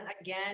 Again